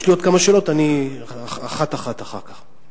יש לי עוד כמה שאלות, אחת-אחת, אחר כך.